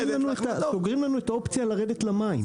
סוגרים לנו את האופציה לרדת למים.